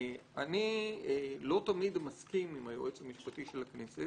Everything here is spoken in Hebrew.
אני לא תמיד מסכים עם היועץ המשפטי של הכנסת